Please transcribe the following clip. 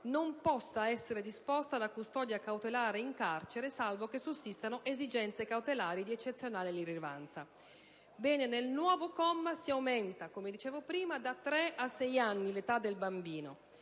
non possa essere disposta la custodia cautelare in carcere, salvo che sussistano esigenze cautelari di eccezionale rilevanza. Nel nuovo comma si aumenta, come ho già sottolineato, da tre a sei anni l'età del bambino